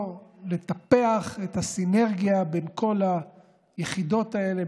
לטפח את הסינרגיה בין כל היחידות האלה,